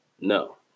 No